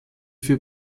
für